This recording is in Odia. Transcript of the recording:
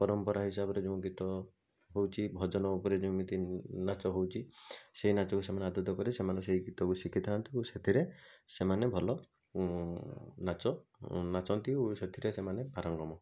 ପରମ୍ପରା ହିସାବରେ ଯୋଉ ଗୀତ ହେଉଛି ଭଜନ ଉପରେ ଯେମିତି ନାଚ ହେଉଛି ସେଇ ନାଚକୁ ସେମାନେ ଆଦୃତ କରି ସେଇ ଗୀତକୁ ଶିଖିଥାନ୍ତି ଓ ସେଥିରେ ସେମାନେ ଭଲ ନାଚ ନାଚନ୍ତି ଓ ସେଥିରେ ସେମାନେ ପାରଙ୍ଗମ